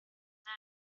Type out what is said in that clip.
von